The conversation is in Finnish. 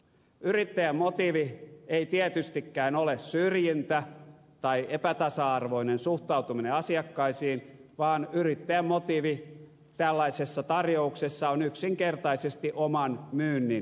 yrittäjän motiivi ei tietystikään ole syrjintä tai epätasa arvoinen suhtautuminen asiakkaisiin vaan yrittäjän motiivi tällaisessa tarjouksessa on yksinkertaisesti oman myynnin edistäminen